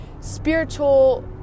spiritual